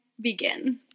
begin